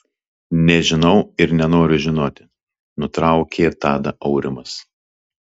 nežinau ir nenoriu žinoti nutraukė tadą aurimas